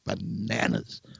bananas